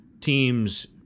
teams